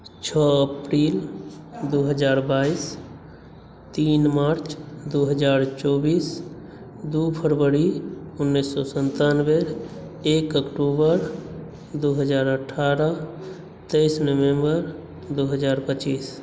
छओ अप्रिल दू हजार बाइस तीन मार्च दू हजार चौबीस दू फरवरी उन्नैस सए सन्तानबे एक अक्टूबर दू हजार अठारह तेइस नवम्बर दू हजार पच्चीस